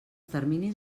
terminis